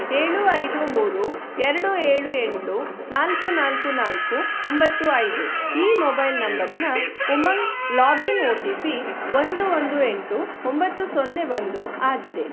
ಏಳು ಐದು ಮೂರು ಎರಡು ಏಳು ಎಂಟು ನಾಲ್ಕು ನಾಲ್ಕು ನಾಲ್ಕು ಒಂಬತ್ತು ಐದು ಈ ಮೊಬೈಲ್ ನಂಬರಿನ Umang login O T P ಒಂದು ಒಂದು ಎಂಟು ಒಂಬತ್ತು ಸೊನ್ನೆ ಒಂದು ಆಗಿದೆ